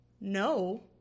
no